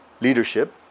leadership